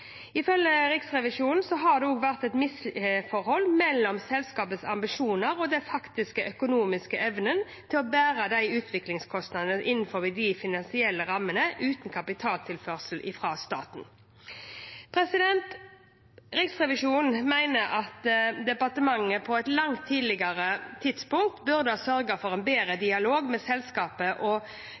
Ifølge Riksrevisjonen har det også vært et misforhold mellom selskapets ambisjoner og den faktiske økonomiske evnen til å bære utviklingskostnadene innenfor de finansielle rammene uten kapitaltilførsel fra staten. Riksrevisjonen mener at departementet på et langt tidligere tidspunkt burde ha sørget for en bedre dialog med selskapet